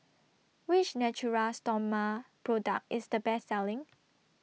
Which Natura Stoma Product IS The Best Selling